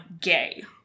gay